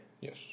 Yes